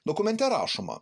dokumente rašoma